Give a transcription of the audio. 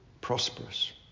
prosperous